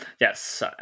Yes